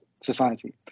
society